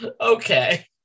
Okay